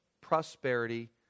prosperity